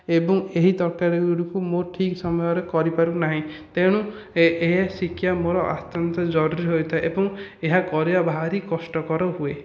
ଏବଂ ଏହି ତରକାରୀଗୁଡ଼ିକୁ ମୁଁ ଠିକ୍ ସମୟରେ କରିପାରୁ ନାହିଁ ତେଣୁ ଶିକ୍ଷା ମୋର ଅତ୍ୟନ୍ତ ଜରୁରୀ ରହିଥାଏ ଏବଂ ଏହା କରିବା ଭାରି କଷ୍ଟକର ହୁଏ